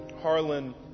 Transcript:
Harlan